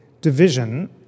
division